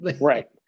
Right